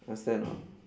understand or not